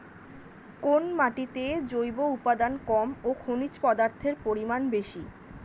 কোন মাটিতে জৈব উপাদান কম ও খনিজ পদার্থের পরিমাণ বেশি?